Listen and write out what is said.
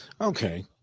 Okay